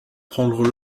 prendre